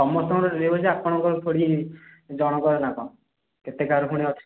ସମସ୍ତଙ୍କ ଅଛି ଆପଣଙ୍କ ଜଣକର ନା କ'ଣ କେତେ କାହାର ପୁଣି ଅଛି